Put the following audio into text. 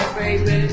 baby